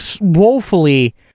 woefully